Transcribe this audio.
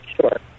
sure